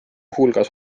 hulgas